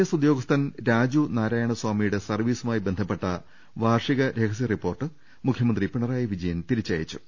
S ഉദ്യോഗസ്ഥൻ രാജു ന്ാരായണ സാമി യുടെ സർവ്വീസുമായി ബന്ധപ്പെട്ട വാർഷിക രഹസ്യ റിപ്പോർട്ട് മുഖ്യമന്ത്രി പിണറായി വിജയൻ തിരിച്ചയച്ചു